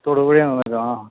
തൊടുപുഴേന്നാണല്ലേ ആ